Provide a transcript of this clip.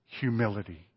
humility